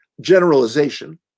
generalization